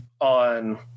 on